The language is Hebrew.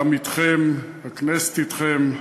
העם אתכם, הכנסת אתכם.